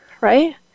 right